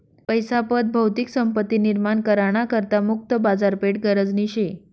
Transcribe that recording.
पैसा पत भौतिक संपत्ती निर्माण करा ना करता मुक्त बाजारपेठ गरजनी शे